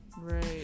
right